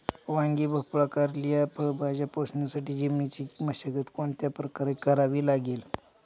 वांगी, भोपळा, कारली या फळभाज्या पोसण्यासाठी जमिनीची मशागत कोणत्या प्रकारे करावी लागेल?